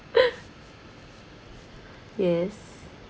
yes